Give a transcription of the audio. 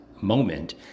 moment